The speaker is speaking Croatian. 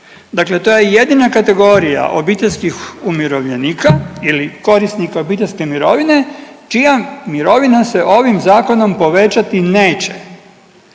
dakle to je jedina kategorija obiteljskih umirovljenika ili korisnika obiteljske mirovine čija mirovina se ovim zakonom povećati neće.